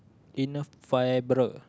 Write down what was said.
inner fiber